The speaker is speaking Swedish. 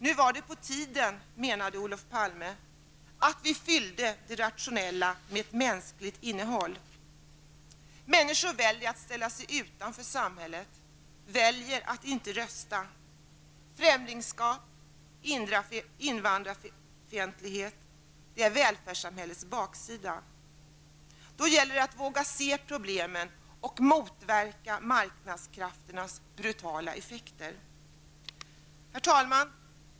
Nu var det på tiden, menade Olof Palme, att vi fyllde det rationella med ett mänskligt innehåll. Människor väljer att ställa sig utanför samhället, väljer att inte rösta. Främlingskap och invandrarfientlighet, det är välfärdssamhällets baksida. Då gäller det att våga se problemen och motverka marknadskrafternas brutala effekt. Herr talman!